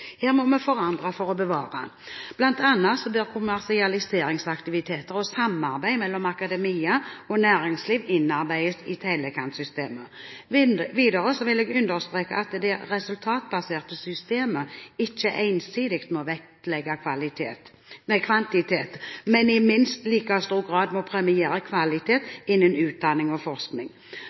Her må vi forandre for å bevare. Blant annet bør kommersialiseringsaktiviteter og samarbeid mellom akademia og næringsliv innarbeides i tellekantsystemet. Videre vil jeg understreke at det resultatbaserte systemet ikke ensidig må vektlegge kvantitet, men i minst like stor grad må det premiere kvalitet innen utdanning og forskning.